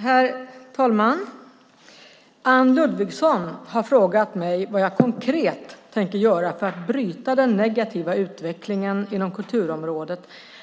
Herr talman! Anne Ludvigsson har frågat mig vad jag konkret tänker göra för att bryta den negativa utvecklingen inom kulturområdet